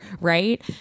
right